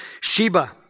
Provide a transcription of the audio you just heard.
Sheba